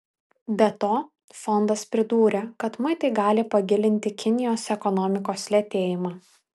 be to fondas pridūrė kad muitai gali pagilinti kinijos ekonomikos lėtėjimą